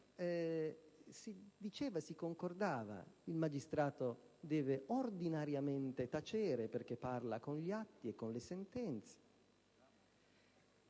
si diceva e si concordava: il magistrato deve ordinariamente tacere perché parla con gli atti e con le sentenze;